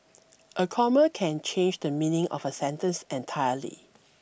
a comma can change the meaning of a sentence entirely